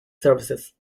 services